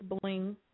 Bling